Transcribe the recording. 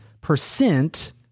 percent